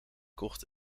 kocht